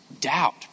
doubt